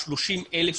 ה-30,000,